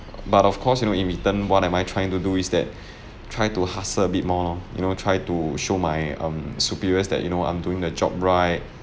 but of course you know in return what am I trying to do is that try to hustle a bit more you know try to show my um superiors that you know I'm doing the job right